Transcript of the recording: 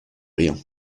rien